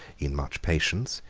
in much patience,